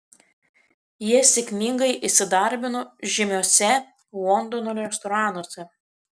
jie sėkmingai įsidarbino žymiuose londono restoranuose